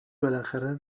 بالاخره